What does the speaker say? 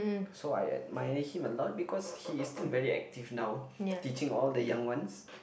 so I admire him a lot because he is still very active now teaching all the young ones